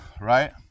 right